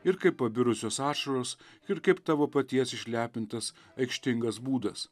ir kaip pabirusios ašaros ir kaip tavo paties išlepintas aikštingas būdas